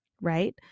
right